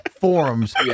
forums